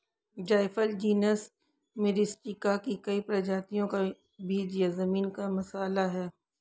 जायफल genus Myristica की कई प्रजातियों का बीज या जमीन का मसाला है